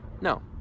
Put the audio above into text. no